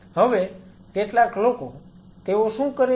હવે કેટલાક લોકો તેઓ શું કરે છે